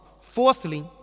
Fourthly